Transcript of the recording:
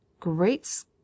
Great